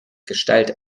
gestalt